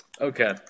Okay